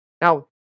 now